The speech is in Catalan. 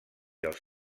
els